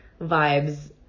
vibes